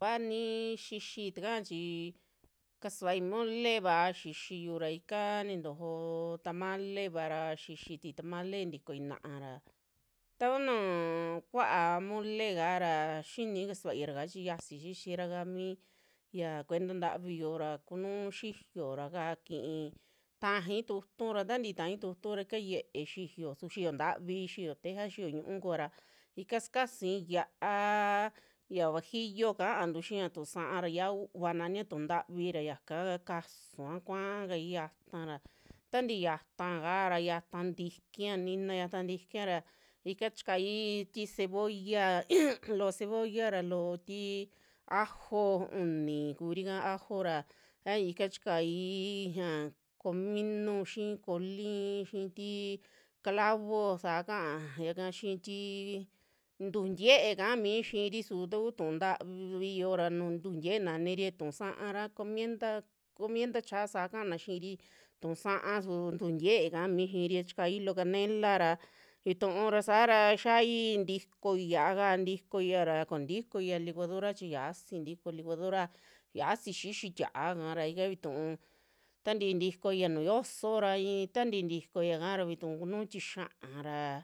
Kooa ni xixi tika chi kasuai molena xixi yuu ra ika nintojo tamaleva ra, xixitui tamale ya ntikoi na'a ra traku nuu kua'a mole kaara xini kasuarika chi saxii xixira mi yaa kuenta ntavi yoo ra, kunuu xi'iyo ra kaa ki'i tajai tu'utu ra taa ntii tajai tu'utu ra ye'e xiyo, su xiyo ntavi, xiyo teja, xiyo ñu'u kuara ika sukasui yia'a ya guajillo kaantu xia tu'un sa'a ra xia'a u'uva nania tu'un ntavi ra yaka kasuua, kuaakai xa'ata ra tantii xa'ataka ra xa'ata ntikia, nina ta'ata ntikia ra ika chikai tii cebolla loo cebolla ra loo tii ajo uni kurika ajora, ika chiaai ja kominu, xii kolin xii tii clavo sa kayaka xii tii tuju ntiee kamii yi'iri su taku tu'un ntavi yoora, tuju ntiee naniri tu'un sa'a a comienta, comienta chaa saa kaana xiiri tu'un sa'a su tuju ntiee kaa mii xiiri, chikai loo canela ra vituu ra saara xiaii ntikoi yia'a kaa, ntikoi ra ko'ó ntikoi licuadora chi xiaasi tikoo licuadora, xiasi xixi tia'a kara ika vituu taa ntii ntikoia nu'u yooso ra i'i taa ntii ntikoia kara vituu kunuu tixia'a ra.